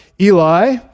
Eli